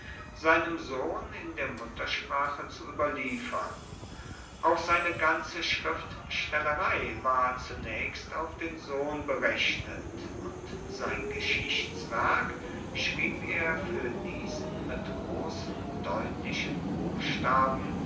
seinem sohn in der muttersprache zu ueberliefern auch seine ganze schriftstellerei war zunaechst auf den sohn berechnet und sein geschichtswerk schrieb er fuer diesen mit grossen deutlichen buchstaben